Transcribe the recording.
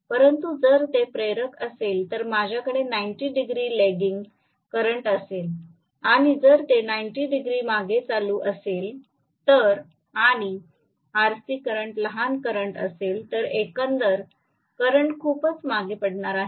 परंतु जर ते प्रेरक असेल तर माझ्याकडे 90 डिग्री लेगिंग करंट असेल आणि जर ते 90 डिग्री मागे चालू असेल तर आणि आरसी करंट लहान करंट असेल तर एकंदर करंट खूपच मागे पडणार आहे